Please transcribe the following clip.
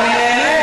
לא, אני נהנה.